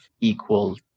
equal